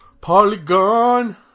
Polygon